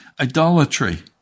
Idolatry